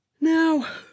now